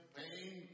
pain